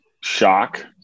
shock